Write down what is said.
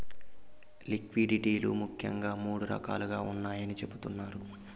liquidity లు ముఖ్యంగా మూడు రకాలుగా ఉన్నాయని చెబుతున్నారు